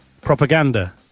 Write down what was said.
propaganda